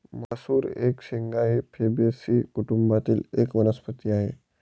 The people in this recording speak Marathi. मसूर एक शेंगा ही फेबेसी कुटुंबातील एक वनस्पती आहे